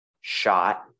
shot